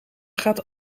gaat